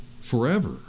forever